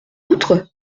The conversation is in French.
outre